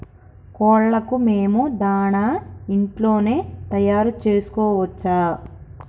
కోళ్లకు మేము దాణా ఇంట్లోనే తయారు చేసుకోవచ్చా?